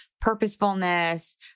purposefulness